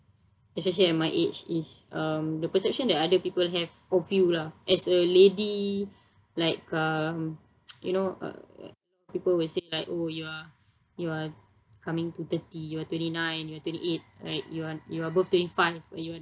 especially at my age is um the perception that other people have of you lah as a lady like um you know uh people will say like oh you are you are coming to thirty you are twenty nine you are twenty eight right you are you are above twenty five or you are not even